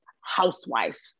Housewife